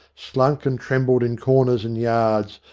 slunk and trembled in corners and yards,